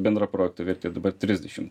bendra projektų vertė dabar trisdešim